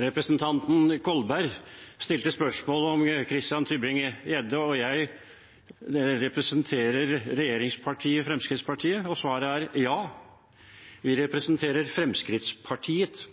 Representanten Kolberg stilte spørsmål om hvorvidt representanten Christian Tybring-Gjedde og jeg representerer regjeringspartiet Fremskrittspartiet, og svaret er ja – vi representerer Fremskrittspartiet,